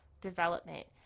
development